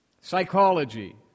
psychology